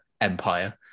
empire